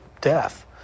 death